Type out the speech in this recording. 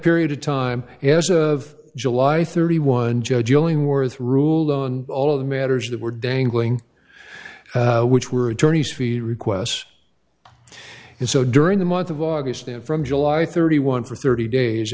period of time as of july thirty one judge illingworth ruled on all the matters that were dangling which were attorneys fees requests and so during the month of august and from july thirty one for thirty days